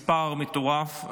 מספר מטורף.